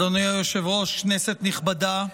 אדוני היושב-ראש, כנסת נכבדה,